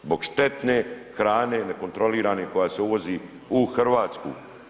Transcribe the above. Zbog štetne hrane nekontrolirane koja se uvozi u Hrvatsku.